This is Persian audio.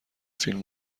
فیلم